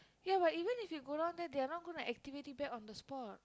ya but even if you go down there they are not gonna activate it back on the spot